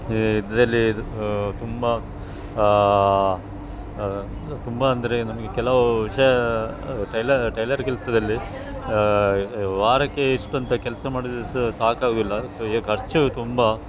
ಇದರಲ್ಲಿ ತುಂಬ ತುಂಬ ಅಂದರೆ ನಮಗೆ ಕೆಲವು ವಿಷಯ ಟೈಲರ್ ಟೈಲರ್ ಕೆಲಸದಲ್ಲಿ ವಾರಕ್ಕೆ ಇಷ್ಟು ಅಂತ ಕೆಲಸ ಮಾಡಿದರು ಸಹ ಸಾಕಾಗುವುದಿಲ್ಲ ಏ ಖರ್ಚು ತುಂಬ